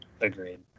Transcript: Agreed